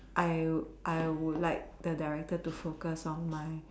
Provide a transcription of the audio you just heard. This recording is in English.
I I would like the director to focus on my